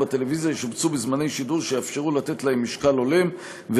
בטלוויזיה ישובצו בזמני שידור שיאפשרו לתת להם משקל הולם,